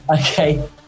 okay